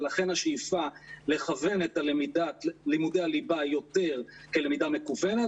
לכן השאיפה לכוון את לימודי הליבה יותר כלמידה מקוונת